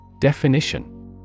Definition